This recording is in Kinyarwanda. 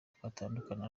twatandukana